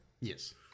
yes